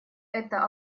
это